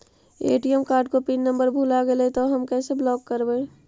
ATM card को pin number भुला गैले तौ हम कैसे ब्लॉक करवै?